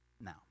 Now